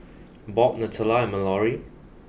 Bob Natalya and Mallory